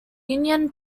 union